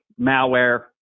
malware